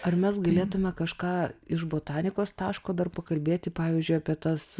ar mes galėtume kažką iš botanikos taško dar pakalbėti pavyzdžiui apie tas